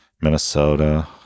minnesota